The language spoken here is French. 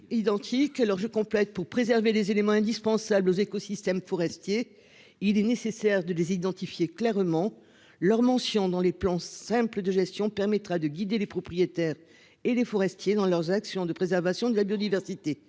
je complète pour préserver les éléments indispensables aux écosystèmes forestiers. Il est nécessaire de les identifier clairement leur mention dans les plans simples de gestion permettra de guider les propriétaires et les forestiers dans leurs actions de préservation de la biodiversité.